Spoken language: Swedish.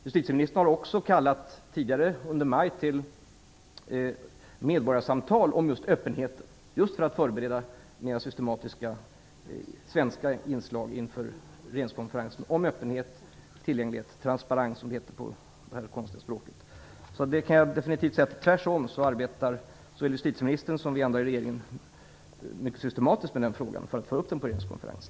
Justitieministern har också tidigare under maj kallat till medborgarsamtal om just öppenheten för att förbereda mer systematiska svenska inslag inför regeringskonferensen om öppenhet och tillgänglighet - transparens som det heter på det här konstiga språket. Jag kan definitivt säga att såväl justitieministern som vi andra i regeringen arbetar mycket systematiskt för att få upp den här frågan på regeringskonferensen.